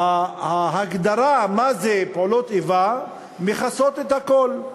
ההגדרה מה זה פעולות איבה מכסה את הכול.